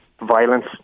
violence